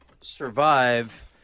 survive